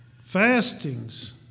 fastings